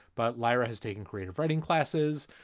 but lara has taken creative writing classes.